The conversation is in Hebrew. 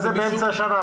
מה זה באמצע שנה?